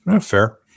Fair